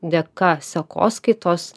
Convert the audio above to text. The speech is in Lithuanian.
dėka sekoskaitos